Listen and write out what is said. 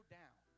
down